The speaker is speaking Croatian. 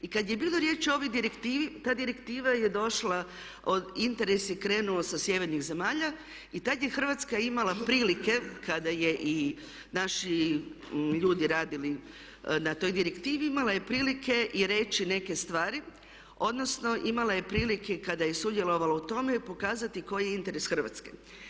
I kad je bilo riječi o ovoj direktivi ta direktiva je došla, interes je krenuo sa sjevernih zemalja, i tad je Hrvatska imala prilike kada su i naši ljudi radili na toj direktivi imala je prilike reći neke stvari odnosno imala je prilike kada je sudjelovala u tome i pokazati koji je interes Hrvatske.